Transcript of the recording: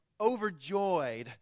overjoyed